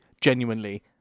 genuinely